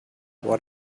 what